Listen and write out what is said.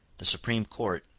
the supreme court,